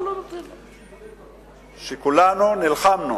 שכולנו נלחמנו,